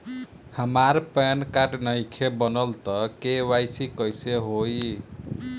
हमार PAN card नईखे बनल त के.वाइ.सी कइसे होई?